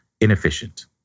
inefficient